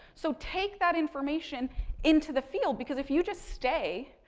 so, take that information into the field. because, if you just stay,